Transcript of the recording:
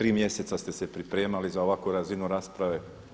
Tri mjeseca ste se pripremali za ovakvu razinu rasprave.